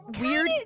weird